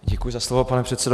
Děkuji za slovo, pane předsedo.